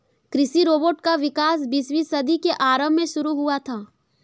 कृषि रोबोट का विकास बीसवीं सदी के आरंभ में शुरू हुआ था